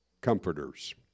comforters